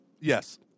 Yes